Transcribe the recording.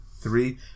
three